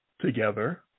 together